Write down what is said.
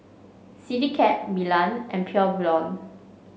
Citycab Milan and Pure Blonde